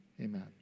Amen